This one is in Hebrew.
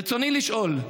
ברצוני לשאול: